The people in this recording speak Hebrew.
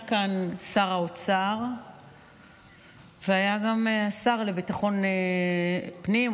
היה כאן שר האוצר והיה גם השר לביטחון פנים,